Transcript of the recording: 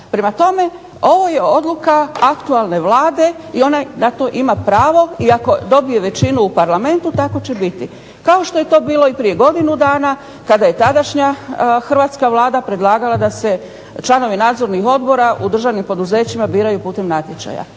Prema tome, ovo je odluka aktualne Vlade i ona na to ima pravo i ako dobije većinu u Parlamentu tako će biti. Kao što je to bilo i prije godinu dana kada je tadašnja hrvatska Vlada predlagala da se članovi nadzornih odbora u državnim poduzećima biraju putem natječaja.